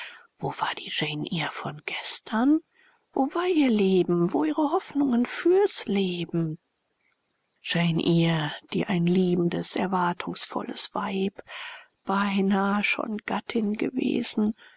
wo war die jane eyre von gestern wo war ihr leben wo ihre hoffnungen fürs leben jane eyre die ein liebendes erwartungsvolles weib beinahe schon gattin gewesen